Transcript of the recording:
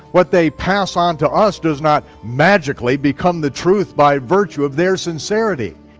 what they pass onto us does not magically become the truth by virtue of their sincerity.